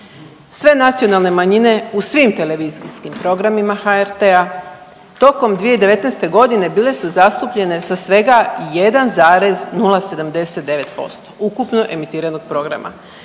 Sve nacionalne manjine u svim televizijskim programima HRT-a tokom 2019. godine bile su zastupljene sa svega 1,079% ukupno emitiranog programa.